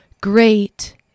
Great